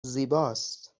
زیباست